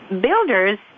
builders